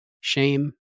shame